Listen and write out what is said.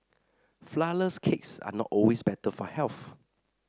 flourless cakes are not always better for health